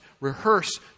rehearse